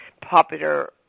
popular